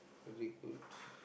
very good